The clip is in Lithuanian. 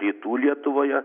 rytų lietuvoje